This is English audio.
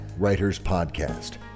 writerspodcast